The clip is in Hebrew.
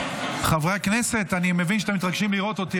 חברי הכנסת, אני מבין שאתם מתרגשים לראות אותי.